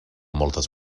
moltes